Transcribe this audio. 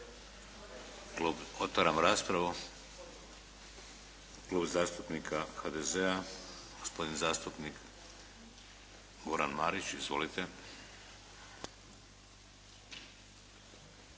Otvaram raspravu. Klub zastupnika HDZ-a, gospodin zastupnik Goran Marić. Izvolite.